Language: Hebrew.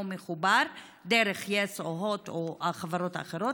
מחובר דרך יס או הוט או החברות האחרות.